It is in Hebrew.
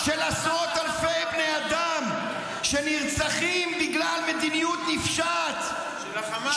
של עשרות אלפי בני אדם שנרצחים בגלל מדיניות נפשעת של חמאס.